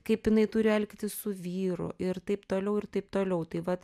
kaip jinai turi elgtis su vyru ir taip toliau ir taip toliau tai vat